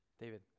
David